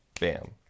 bam